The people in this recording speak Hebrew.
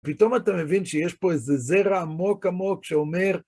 פתאום אתה מבין שיש פה איזה זרע עמוק עמוק שאומר...